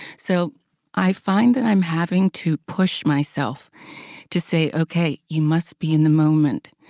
so i find that i'm having to push myself to say, okay, you must be in the moment.